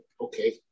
okay